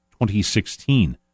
2016